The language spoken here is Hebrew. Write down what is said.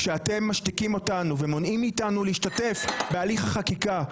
כשאתם משתיקים אותנו ומונעים מאיתנו להשתתף בהליך החקיקה,